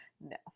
no